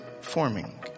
forming